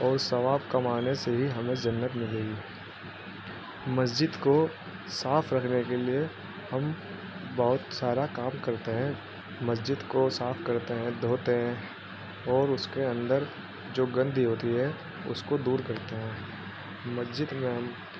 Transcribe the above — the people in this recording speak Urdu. اور ثوااب کمانے سے ہی ہمیں زنت ملے گ مسجد کو صاف رکھنے کے لیے ہم بہت سارا کام کرتے ہیں مسجد کو صاف کرتے ہیں دھوتے ہیں اور اس کے اندر جو گندی ہوتی ہے اس کو دور کرتے ہیں مسجد میں ہم